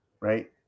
right